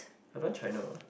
I don't want China